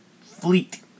Fleet